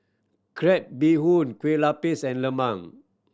crab bee hoon kue lupis and lemang